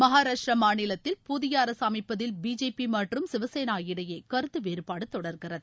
மகாராஷ்டிர மாநிலத்தில் புதிய அரசு அமைப்பதில் பிஜேபி மற்றும் சிவசேனா இடையே கருத்து வேறுபாடு தொடர்கிறது